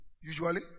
Usually